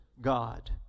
God